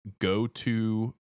go-to